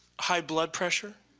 high blood pressure,